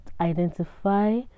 identify